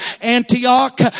Antioch